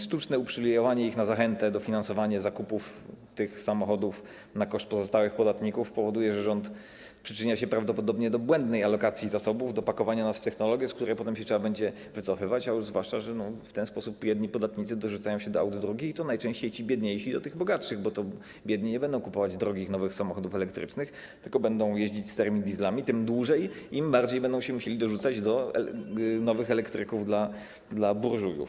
Sztuczne uprzywilejowanie ich na zachętę, dofinansowywanie zakupu tych samochodów na koszt pozostałych podatników powoduje, że rząd przyczynia się prawdopodobnie do błędnej alokacji zasobów, do pakowania nas w technologię, z której potem się trzeba będzie wycofywać, zwłaszcza że w ten sposób jedni podatnicy dorzucają się do aut drugich, i to najczęściej ci biedniejsi do tych bogatszych, bo biedni nie będą kupować drogich nowych samochodów elektrycznych, tylko będą jeździć starymi dieslami, tym dłużej, im bardziej będą musieli się dorzucać do nowych elektryków dla burżujów.